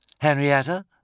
Henrietta